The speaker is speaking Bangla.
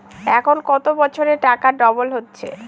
এখন কত বছরে টাকা ডবল হচ্ছে?